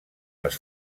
les